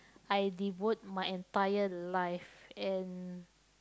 I devote my entire life and